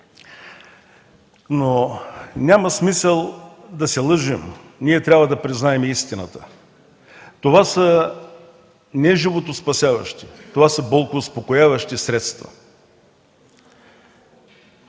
Няма смисъл обаче да се лъжем, трябва да признаем истината: това са не животоспасяващи, а болкоуспокояващи средства.